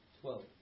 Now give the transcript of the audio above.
Twelve